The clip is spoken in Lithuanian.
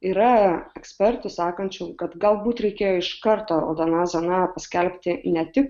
yra ekspertų sakančių kad galbūt reikėjo iš karto raudona zona skelbti ne tik